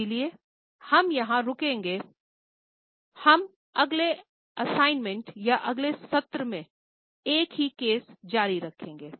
इसलिए हम यहां रुकेंगे हम अगले असाइनमेंट या अगले सत्र में एक ही केस जारी रखेंगे